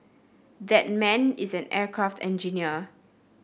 that man is an aircraft engineer